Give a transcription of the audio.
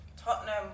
Tottenham